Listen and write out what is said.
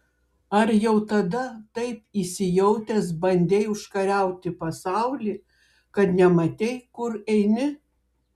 ar jau tada taip įsijautęs bandei užkariauti pasaulį kad nematei kur eini